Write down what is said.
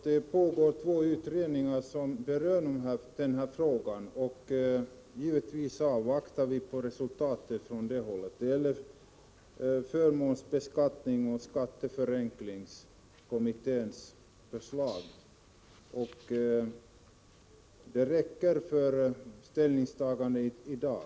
Herr talman! Till slut vill jag konstatera att det pågår två utredningar, som berör den här frågan. Utredningarna utförs av förmånsbeskattningskommittén och skatteförenklingskommittén, och givetvis avvaktar vi de förslag som kommer att lämnas. Detta räcker för ställningstagande i dag.